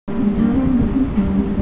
চলতি একাউন্ট যেটা ব্যাংকে বানানা হচ্ছে